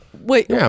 Wait